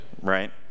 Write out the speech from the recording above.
Right